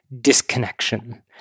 disconnection